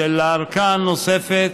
של הארכה הנוספת,